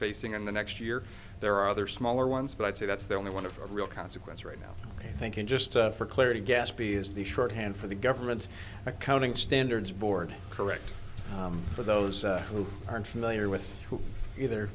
facing in the next year there are other smaller ones but i'd say that's the only one of real consequence right now thank you just for clarity gaspy is the shorthand for the government accounting standards board correct for those who aren't familiar with either